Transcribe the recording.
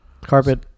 carpet